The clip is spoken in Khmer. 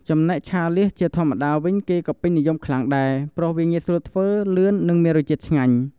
ចំណែកឆាលៀសជាធម្មតាវិញ គេក៏ពេញនិយមខ្លាំងដែរ ព្រោះវាងាយស្រួលធ្វើ លឿន និងមានរសជាតិឆ្ញាញ់។